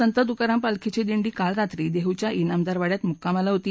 संत तुकाराम पालखीची दिंडी काल रात्री देहूच्या जिमदारवाड्यात मुक्कामाला होती